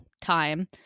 time